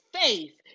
faith